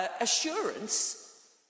assurance